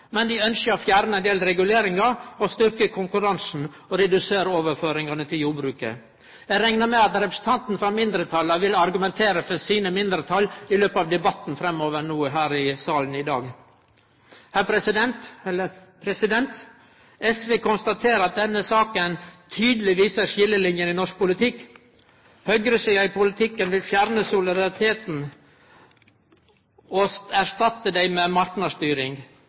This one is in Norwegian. men dei ønskjer å fjerne ein del reguleringar og styrkje konkurransen og redusere overføringane til jordbruket. Eg reknar med at representantane frå mindretalspartia vil argumentere for sitt syn i løpet av debatten her i salen i dag. SV konstaterer at denne saka tydeleg viser skiljelinene i norsk politikk. Høgresida i politikken vil fjerne solidariteten og erstatte han med marknadsstyring.